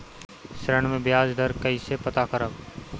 ऋण में बयाज दर कईसे पता करब?